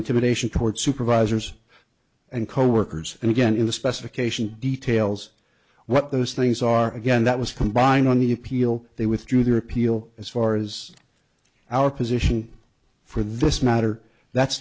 intimidation toward supervisors and coworkers and again in the specification details what those things are again that was combined on the appeal they withdrew their appeal as far as our position for this matter that